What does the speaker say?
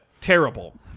Terrible